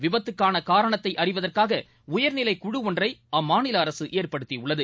விபத்துக்கான காரணத்தை அறிவதற்காக உயர்நிலைக் குழு ஒன்றை அம்மாநில அரசு ஏற்படுத்தியுள்ளது